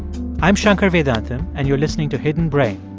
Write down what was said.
i'm shankar vedantam, and you're listening to hidden brain